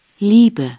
Liebe